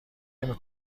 نمی